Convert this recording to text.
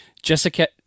Jessica